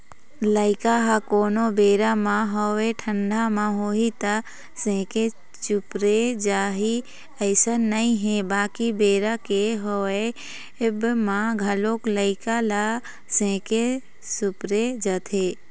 लइका ह कोनो बेरा म होवय ठंडा म होही त सेके चुपरे जाही अइसन नइ हे बाकी बेरा के होवब म घलोक लइका ल सेके चुपरे जाथे